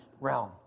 realm